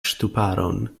ŝtuparon